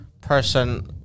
person